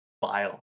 file